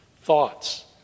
thoughts